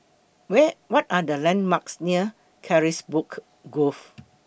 Where What Are The landmarks near Carisbrooke Grove